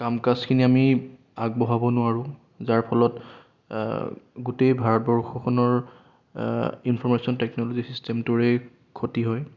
কাম কাজখিনি আমি আগবঢ়াব নোৱাৰোঁ যাৰ ফলত গোটেই ভাৰতবৰ্ষখনৰ ইনফৰ্মেশ্যন টেকন'ল'জি চিষ্টেমটোৰেই ক্ষতি হয়